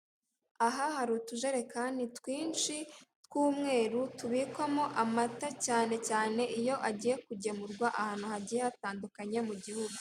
Aha hari utujerekani twinshi, tw'umweru tubikwamo amata cyane cyane iyo agiye kugemurwa ahantu hagiye hatandukanye mu gihugu.